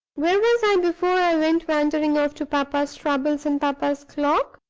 where was i before i went wandering off to papa's troubles and papa's clock?